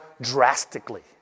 drastically